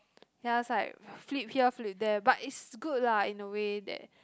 you must like flip here flip there but is good lah in a way that